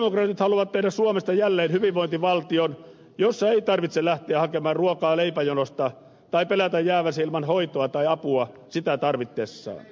sosialidemokraatit haluavat tehdä suomesta jälleen hyvinvointivaltion jossa ei tarvitse lähteä hakemaan ruokaa leipäjonosta tai pelätä jäävänsä ilman hoitoa tai apua sitä tarvitessaan